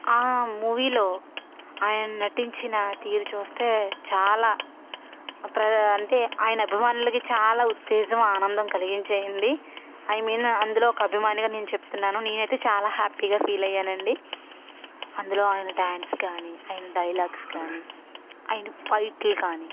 ఆ మూవీలో ఆయన నటించిన తీరు చూస్తే చాలా అంటే ఆయన అభిమానులకి చాలా ఉత్తేజం ఆనందం కలిగించింది ఐ మీన్ అందులో ఒక అభిమానిగా నేను చెప్తున్నాను నేనైతే చాలా హ్యాపీగా ఫీల్ అయ్యానండి అందులో ఆయన డ్యాన్స్ కానీ ఆయన డైలాగ్స్ కానీ ఆయన ఫైట్లు కానీ